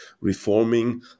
reforming